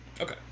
okay